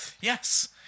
Yes